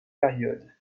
période